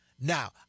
Now